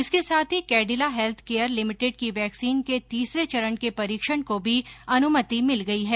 इसके साथ ही कैडिला हैल्थ केयर लिमिटेड की वैक्सीन के तीसरे चरण के परीक्षण को भी अनुमति मिल गई है